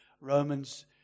Romans